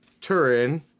Turin